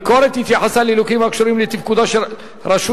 הביקורת התייחסה לליקויים הקשורים לתפקודה של רשות